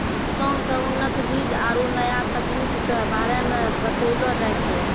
किसान क उन्नत बीज आरु नया तकनीक कॅ बारे मे बतैलो जाय छै